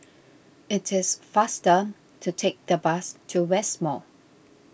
it is faster to take the bus to West Mall